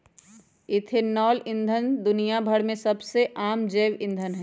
ethanol ईंधन दुनिया भर में सबसे आम जैव ईंधन हई